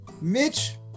Mitch